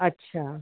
अच्छा